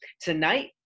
tonight